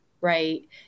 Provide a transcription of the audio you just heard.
Right